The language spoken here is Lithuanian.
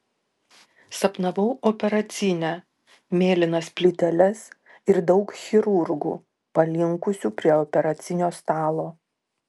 sapnavau operacinę mėlynas plyteles ir daug chirurgų palinkusių prie operacinio stalo